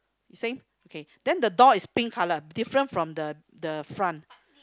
you saying okay then the door is pink colour different from the the front